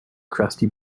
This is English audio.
crusty